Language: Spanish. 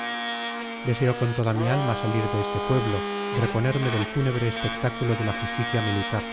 aislamiento deseo con toda mi alma salir de este pueblo reponerme del fúnebre espectáculo de la justicia militar